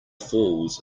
falls